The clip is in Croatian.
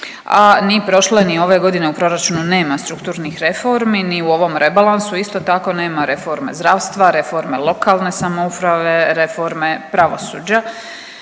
a ni prošle ni ove godine u proračunu nema strukturnih reformi ni u ovom rebalansu isto tako nema reforme zdravstva, reforme lokalne samouprave, reforme pravosuđa.